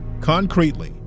concretely